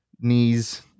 knees